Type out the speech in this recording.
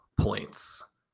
points